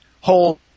whole